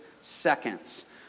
seconds